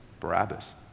Barabbas